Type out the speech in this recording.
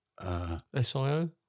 Sio